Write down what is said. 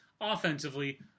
offensively